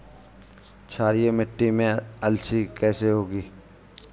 क्षारीय मिट्टी में अलसी कैसे होगी?